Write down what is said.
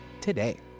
today